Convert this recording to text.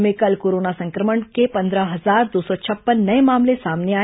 राज्य में कल कोरोना संक्रमण के पंद्रह हजार दो सौ छप्पन नये मामले सामने आए